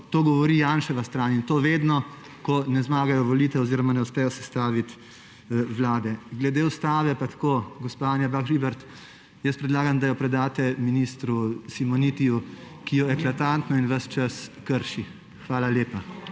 to govori Janševa stran; in to vedno, ko ne zmagajo na volitvah oziroma ne uspejo sestaviti vlade. Glede Ustave pa tako, gospa Anja Bah Žibert, predlagam, da jo predate ministru Simonitiju, ki jo eklatantno in ves čas krši. Hvala lepa.